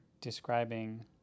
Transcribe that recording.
describing